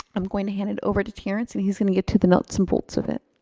i'm going to hand it over to terrance, and he's gonna get to the nuts and bolts of it.